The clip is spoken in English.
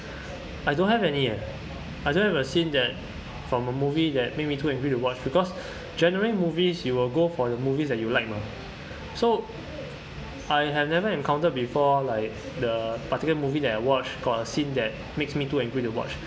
I don't have any eh I don't have a scene that from a movie that made me too angry to watch because generally movies you will go for the movies that you like mah so I have never encountered before like the particular movie that I watched for a scene that makes me too angry to watch